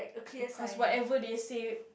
cause whatever they say